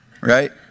right